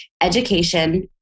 education